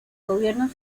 gobierno